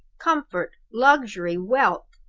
comfort, luxury, wealth!